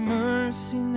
mercy